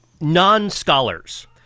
non-scholars